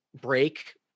break